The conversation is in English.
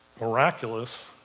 miraculous